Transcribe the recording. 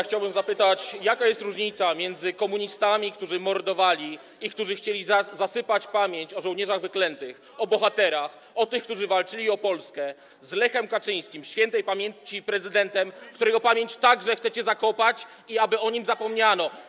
Chciałbym zapytać, jaka jest różnica między komunistami, którzy mordowali i którzy chcieli zasypać pamięć o żołnierzach wyklętych, o bohaterach, o tych, którzy walczyli o Polskę, z Lechem Kaczyńskim, śp. prezydentem, którego pamięć także chcecie zakopać, aby o nim zapomniano.